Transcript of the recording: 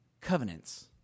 covenants